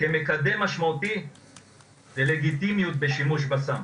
כמקדם משמעותי ולגיטימיות השימוש בסם.